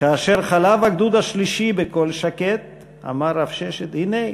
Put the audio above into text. כאשר חלף הגדוד השלישי בקול שקט אמר רב ששת: הנה,